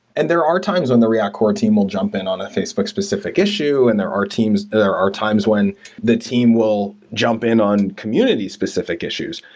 and there are times on the react core team will jump in on a facebook specific issue and there are teams there are times when the team will jump in on community specific issues.